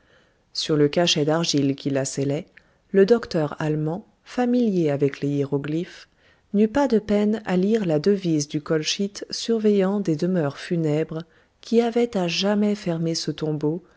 sur le cachet d'argile qui la scellait le docteur allemand familier avec les hiéroglyphes n'eut pas de peine à lire la devise du colchyte surveillant des demeures funèbres qui avait à jamais fermé ce tombeau